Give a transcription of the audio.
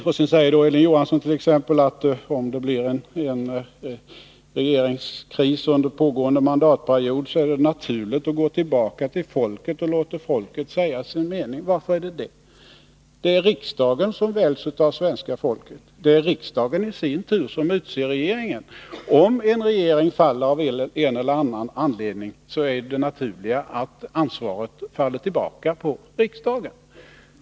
Hilding Johansson säger att om det blir en regeringskris under pågående mandatperiod, är det naturligt att gå tillbaka till folket och låta det säga sin mening. Varför är det det? Det är riksdagen som väljs av svenska folket, och det är riksdagen som i sin tur utser regeringen. Om en regering faller av en eller annan anledning är det naturligt att ansvaret faller tillbaka på riksdagen.